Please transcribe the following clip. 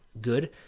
good